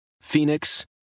Phoenix